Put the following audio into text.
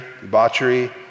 debauchery